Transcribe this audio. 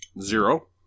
Zero